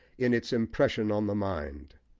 in its impression on the mind.